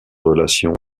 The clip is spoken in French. relations